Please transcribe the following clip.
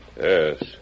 Yes